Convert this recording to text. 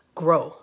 grow